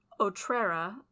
Otrera